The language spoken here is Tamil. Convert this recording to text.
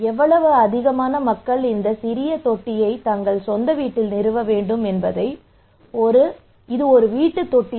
எனவே அதிகமான மக்கள் இந்த சிறிய தொட்டியை தங்கள் சொந்த வீட்டில் நிறுவ வேண்டும் அது ஒரு வீட்டு தொட்டி